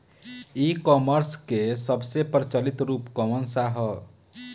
ई कॉमर्स क सबसे प्रचलित रूप कवन सा ह?